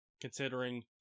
considering